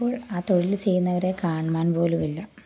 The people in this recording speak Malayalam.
ഇപ്പോൾ ആ തൊഴിൽ ചെയ്യുന്നവരെ കാണ്മാൻ പോലും ഇല്ല